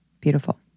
Beautiful